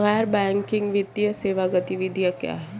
गैर बैंकिंग वित्तीय सेवा गतिविधियाँ क्या हैं?